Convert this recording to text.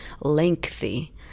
lengthy